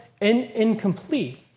incomplete